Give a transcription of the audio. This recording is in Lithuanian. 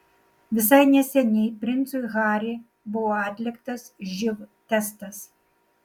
visai neseniai princui harry buvo atliktas živ testas